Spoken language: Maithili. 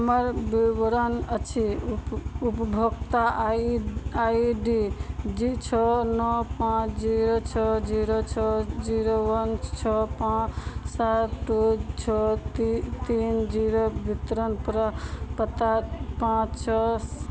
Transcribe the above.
हमर देवरानी अछि उप उपभोक्ता आइ आइ डी जी छओ नओ पॉँच जीरो छओ जीरो वन छओ पाँच सात टु छओ ती तीन जीरो वित्तरण प्र पता पॉँच छओ स